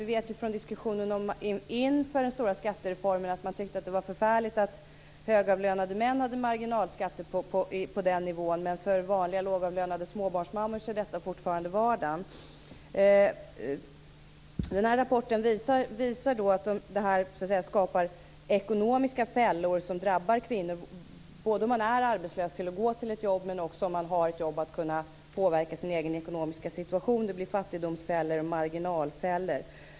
Vid diskussionen inför den stora skattereformen tyckte man att det var förfärligt att högavlönade män hade marginalskatter på den nivån, men för vanliga lågavlönade småbarnsmammor är detta fortfarande vardag. Den här rapporten visar att det här skapar ekonomiska fällor som drabbar kvinnor både om man är arbetslös och går till ett jobb och också om man har ett jobb och vill påverka sin egen ekonomiska situation. Det blir fattigdomsfällor och marginalfällor.